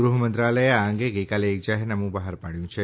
ગૃહમંત્રાલયે આ અંગે ગઈકાલે એક જાહેરનામું બહાર પાડ્યું છે